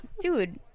dude